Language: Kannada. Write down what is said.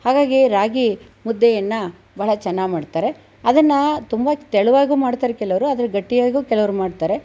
ಹಾಗಾಗಿ ರಾಗಿ ಮುದ್ದೆಯನ್ನು ಬಹಳ ಚೆನ್ನಾಗಿ ಮಾಡುತ್ತಾರೆ ಅದನ್ನ ತುಂಬ ತೆಳುವಾಗಿ ಮಾಡುತ್ತಾರೆ ಕೆಲವರು ಆದರೆ ಗಟ್ಟಿಯಾಗೂ ಕೆಲವರು ಮಾಡುತ್ತಾರೆ